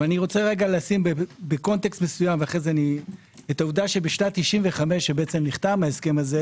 ב-95' כשנחתם ההסכם הזה,